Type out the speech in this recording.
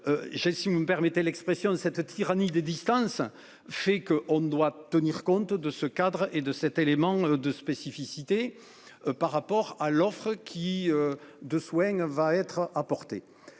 si vous me permettez l'expression de cette tyrannie des distances fait que on ne doit tenir compte de ce cadre et de 7 éléments de spécificité. Par rapport à l'offre qui. De soins va être apportée.